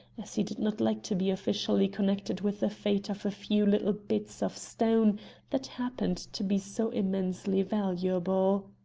as he did not like to be officially connected with the fate of a few little bits of stone that happened to be so immensely valuable.